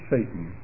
Satan